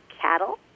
cattle